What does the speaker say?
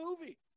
movie